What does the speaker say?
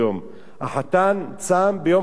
החתן צם ביום חתונתו,